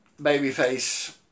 babyface